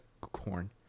corn